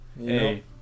Hey